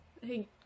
Hey